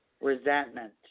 resentment